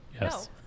yes